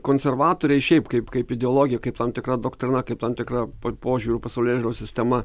konservatoriai šiaip kaip kaip ideologija kaip tam tikra doktrina kaip tam tikra požiūrių pasaulėžiūros sistema